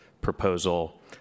proposal